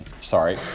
sorry